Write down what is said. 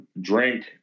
drink